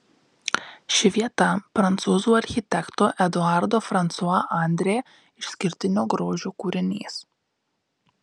ši vieta prancūzų architekto eduardo fransua andrė išskirtinio grožio kūrinys